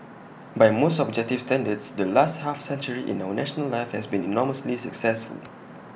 by most objective standards the last half century in our national life has been enormously successful